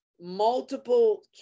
multiple